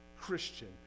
Christian